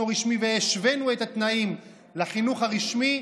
רשמי והשווינו את התנאים לחינוך הרשמי,